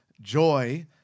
joy